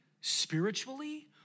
spiritually